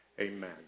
Amen